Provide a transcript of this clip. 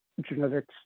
genetics